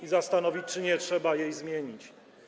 i zastanowić, czy nie trzeba jej zmienić.